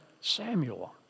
Samuel